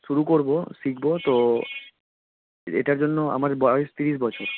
শুরু করবো শিখবো তো এটার জন্য আমার বয়স তিরিশ বছর